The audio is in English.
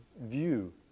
view